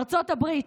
ארצות הברית,